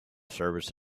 service